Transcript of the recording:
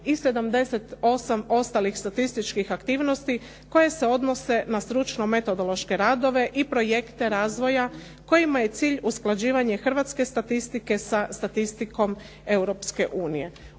i 78 ostalih statističkih aktivnosti koje se odnose na stručno metodološke radove i projekte razvoja kojima je cilj usklađivanje hrvatske statistike sa statistikom